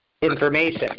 information